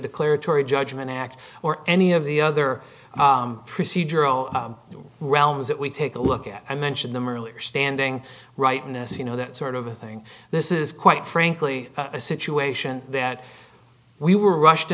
declaratory judgment act or any of the other procedural realms that we take a look at i mentioned them earlier standing right now as you know that sort of thing this is quite frankly a situation that we were rushed